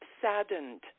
saddened